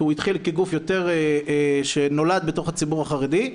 כי הוא התחיל כגוף שנולד בתוך הציבור החרדי,